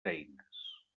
eines